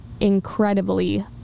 incredibly